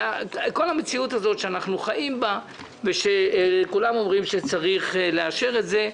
כל המציאות הזאת שאנחנו חיים בה וכולם אומרים שצריך לאשר את זה,